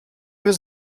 was